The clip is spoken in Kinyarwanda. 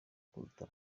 kuruta